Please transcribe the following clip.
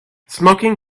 smoking